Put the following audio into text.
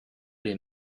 les